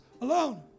alone